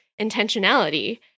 intentionality